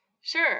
Sure